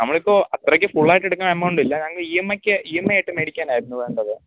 നമ്മൾ ഇപ്പോൾ അത്രയ്ക്ക് ഫുള്ള് ആയിട്ട് എടുക്കാൻ എമൗണ്ട് ഇല്ല ഞങ്ങൾക്ക് ഇ എം ഐ ക്ക് ഇ എം ഐ ആയിട്ട് വേടിക്കാനായിരുന്നു വേണ്ടത്